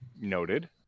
noted